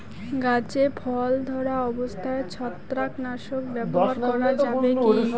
গাছে ফল ধরা অবস্থায় ছত্রাকনাশক ব্যবহার করা যাবে কী?